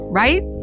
right